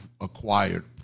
acquired